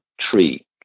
tree